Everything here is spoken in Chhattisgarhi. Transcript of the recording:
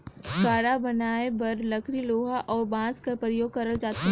गाड़ा बनाए बर लकरी लोहा अउ बाँस कर परियोग करल जाथे